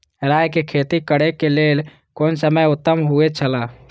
राय के खेती करे के लेल कोन समय उत्तम हुए छला?